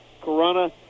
Corona